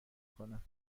کنم